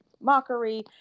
mockery